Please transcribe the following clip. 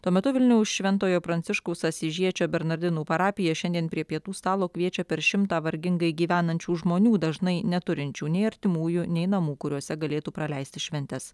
tuo metu vilniaus šventojo pranciškaus asyžiečio bernardinų parapija šiandien prie pietų stalo kviečia per šimtą vargingai gyvenančių žmonių dažnai neturinčių nei artimųjų nei namų kuriuose galėtų praleisti šventes